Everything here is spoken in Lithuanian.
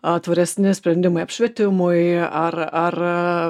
atviresni sprendimai apšvietimui ar ar